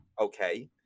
okay